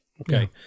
okay